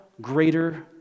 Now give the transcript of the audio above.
greater